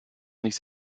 nicht